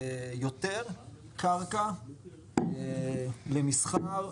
יותר קרקע למסחר,